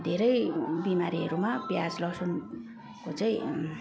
धेरै बिमारीहरूमा प्याज लहसुनको चाहिँ